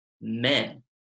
men